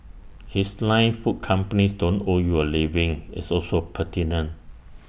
his line food companies don't owe you A living is also pertinent